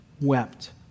wept